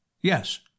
yes